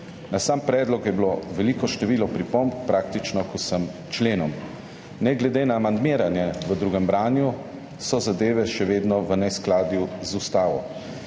Na sam predlog je bilo veliko število pripomb praktično k vsem členom. Ne glede na amandmiranje v drugem branju so zadeve še vedno v neskladju z ustavo,